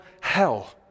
hell